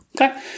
okay